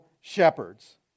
shepherds